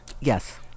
yes